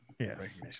Yes